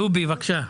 דובי אמיתי, בבקשה.